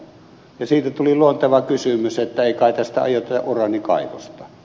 siitä tuli luonteva kysymys että ei kai tästä aiota uraanikaivosta